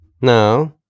Now